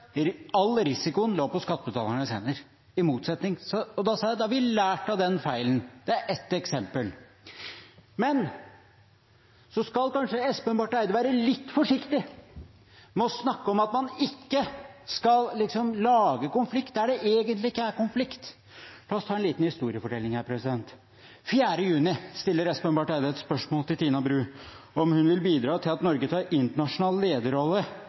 all risiko lå hos skattebetalerne. Da sa jeg at da har vi lært av den feilen. Det er ett eksempel. Men så skal kanskje Espen Barth Eide være litt forsiktig med å snakke om at man ikke liksom skal lage konflikt der det egentlig ikke er konflikt. La oss ta en liten historiefortelling: Den 4. juni 2020 stiller Espen Barth Eide et spørsmål til Tina Bru om hun vil bidra til at Norge tar en internasjonal lederrolle